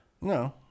No